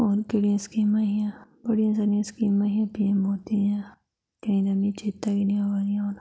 होर केह्ड़ियां स्कीमां हियां बड़ियां हारियां स्कीमां हियां पीएम मोदी दियां केईं ते मिगी चेता बी निं आवां दियां